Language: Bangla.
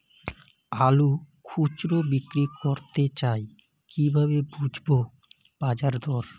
আলু খুচরো বিক্রি করতে চাই কিভাবে বুঝবো বাজার দর?